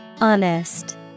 Honest